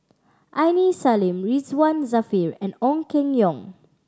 Aini Salim Ridzwan Dzafir and Ong Keng Yong